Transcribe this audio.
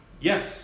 Yes